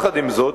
עם זאת,